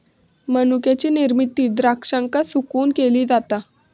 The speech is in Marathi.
मनुक्याची निर्मिती द्राक्षांका सुकवून केली जाता